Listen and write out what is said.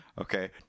Okay